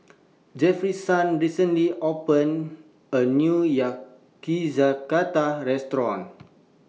Jefferson recently opened A New Yakizakana Restaurant